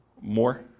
More